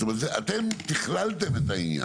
זאת אומרת, אתם תכללתם את העניין.